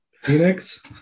Phoenix